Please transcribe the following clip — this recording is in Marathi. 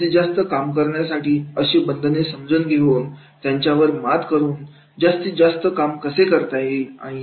तर जास्तीत जास्त काम करण्यासाठी अशी बंधने समजून घेऊन त्यांच्यावर मात करून जास्त काम कसे करता येईल